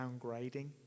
downgrading